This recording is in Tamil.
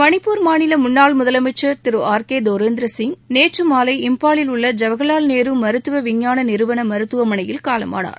மணிப்பூர் மாநில முன்னாள் முதலமைச்சர் திரு ஆர் கே தோரேந்திரசிய் நேற்று மாலை இப்பாலில் உள்ள ஜவஹர்லால் நேரு மருத்துவ விஞ்ஞான நிறுவன மருத்துவமனையில் காலமானார்